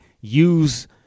use